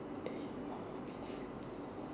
eight more minutes